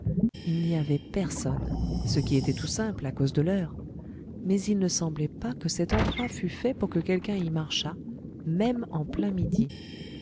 il n'y avait personne ce qui était tout simple à cause de l'heure mais il ne semblait pas que cet endroit fût fait pour que quelqu'un y marchât même en plein midi